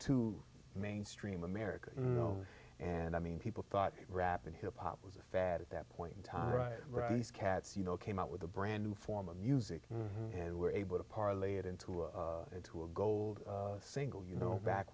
to mainstream america no and i mean people thought rap and hip hop was a fad at that point in time rice cats you know came out with a brand new form of music and were able to parlay it into a into a gold single you know back